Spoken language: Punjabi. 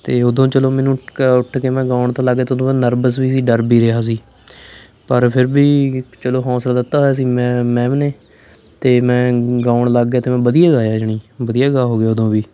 ਅਤੇ ਉਦੋਂ ਚਲੋ ਮੈਨੂੰ ਕ ਉੱਠ ਕੇ ਮੈਂ ਗਾਉਣ ਤਾਂ ਲੱਗ ਗਿਆ ਅਤੇ ਉਦੋਂ ਮੈਂ ਨਰਵਸ ਵੀ ਸੀ ਡਰ ਵੀ ਰਿਹਾ ਸੀ ਪਰ ਫਿਰ ਵੀ ਚਲੋ ਹੌਂਸਲਾ ਦਿੱਤਾ ਹੋਇਆ ਸੀ ਮੈਂ ਮੈਮ ਨੇ ਅਤੇ ਮੈਂ ਗਾਉਣ ਲੱਗ ਗਿਆ ਅਤੇ ਮੈਂ ਵਧੀਆ ਗਾਇਆ ਜਾਣੀ ਵਧੀਆ ਗਾ ਹੋ ਗਿਆ ਉਦੋਂ ਵੀ